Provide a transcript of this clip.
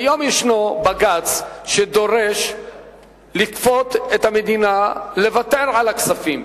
כיום יש בג"ץ שדורש לכפות על המדינה לוותר על הכספים.